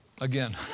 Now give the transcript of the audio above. again